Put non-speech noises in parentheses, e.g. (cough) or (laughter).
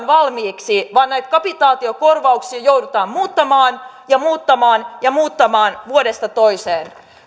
(unintelligible) valmiiksi vaan näitä kapitaatiokorvauksia joudutaan muuttamaan ja muuttamaan ja muuttamaan vuodesta toiseen